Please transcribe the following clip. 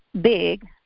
big